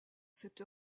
cette